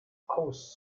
aus